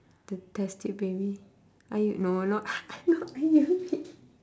the test tube baby I no not no I never